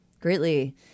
greatly